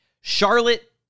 Charlotte